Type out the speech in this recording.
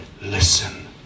listen